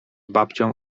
babcią